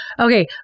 Okay